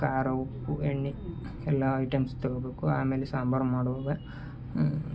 ಖಾರ ಉಪ್ಪು ಎಣ್ಣೆ ಎಲ್ಲ ಐಟಮ್ಸ್ ತಗೊಬೇಕು ಆಮೇಲೆ ಸಾಂಬಾರು ಮಾಡುವಾಗ